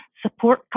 support